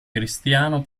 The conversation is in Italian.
cristiano